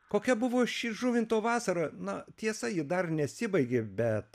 kokia buvo ši žuvinto vasara na tiesa ji dar nesibaigė bet